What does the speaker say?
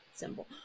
symbol